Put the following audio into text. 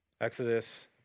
Exodus